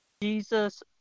Jesus